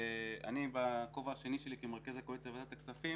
אני בכובע השני שלי כמרכז הקואליציה בוועדת הכספים